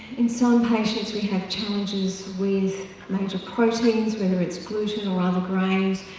in some patients we have challenges with major proteins whether it's gluten or other grains,